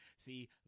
See